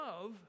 love